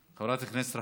חברת הכנסת מיכל בירן,